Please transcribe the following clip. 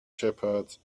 shepherds